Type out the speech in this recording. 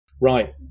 right